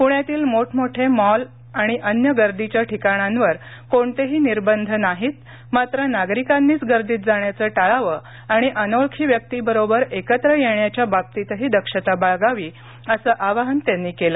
प्ण्यातील मोठमोठे मॉल आणि अन्य गर्दीच्या ठिकाणांवर कोणतेही निर्बंध नाहीत मात्र नागरिकांनीच गर्दीत जाण्याचं टाळावं आणि अनोळखी व्यक्तीबरोबर एकत्र येण्याच्या बाबतीतहीदक्षता बाळगावी असं आवाहन त्यांनी केलं